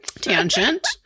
Tangent